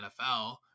NFL